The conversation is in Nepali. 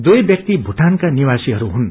दुवै व्याक्ति भूटानका निवासीहरू हुन्